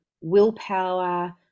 willpower